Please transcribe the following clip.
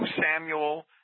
Samuel